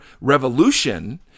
revolution